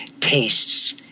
tastes